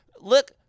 Look